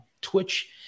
Twitch